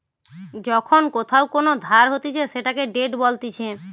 যখন কোথাও কোন ধার হতিছে সেটাকে ডেট বলতিছে